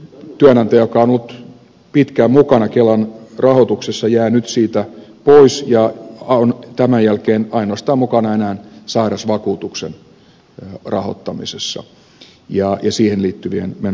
työnantaja joka on ollut pitkään mukana kelan rahoituksessa jää nyt siitä pois ja on tämän jälkeen mukana enää ainoastaan sairausvakuutuksen rahoittamisessa ja siihen liittyvien menojen rahoittamisessa